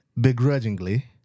Begrudgingly